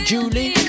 Julie